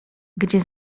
gdzie